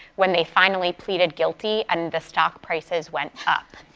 when they finally pleaded guilty, and the stock prices went up,